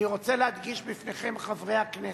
אני רוצה להדגיש בפניכם, חברי הכנסת,